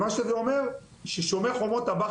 זה אומר ש-"שומר החומות" הבא,